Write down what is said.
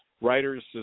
Writers